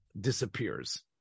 disappears